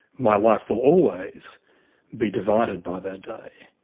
my life will always be divided by that day.